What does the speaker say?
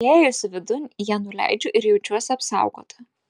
įėjusi vidun ją nuleidžiu ir jaučiuosi apsaugota